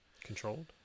Controlled